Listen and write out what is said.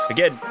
Again